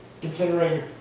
considering